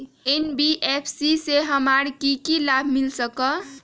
NBFC से हमार की की लाभ मिल सक?